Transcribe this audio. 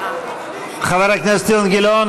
חבר הכנסת אילן גילאון,